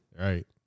Right